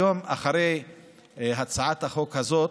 היום, אחרי הצעת החוק הזאת,